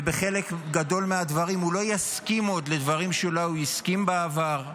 ובחלק גדול מהדברים הוא לא יסכים עוד לדברים שאולי הוא הסכים בעבר.